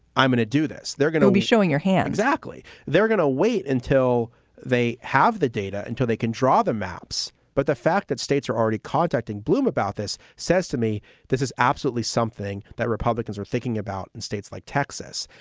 i'm going to do this. they're going to be showing your hands. actually, they're going to wait until they have the data, until they can draw the maps. but the fact that states are already contacting blum about this says to me this is absolutely something that republicans are thinking about in states like texas.